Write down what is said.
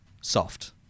soft